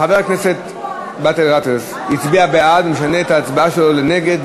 חבר הכנסת באסל גטאס הצביע בעד ומשנה את ההצבעה שלו לנגד,